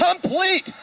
complete